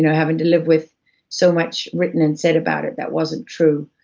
having to live with so much written and said about it that wasn't true.